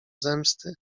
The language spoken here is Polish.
zemsty